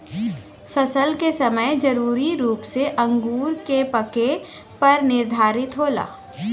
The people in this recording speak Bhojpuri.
फसल क समय जरूरी रूप से अंगूर क पके पर निर्धारित होला